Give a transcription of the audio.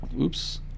Oops